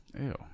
Ew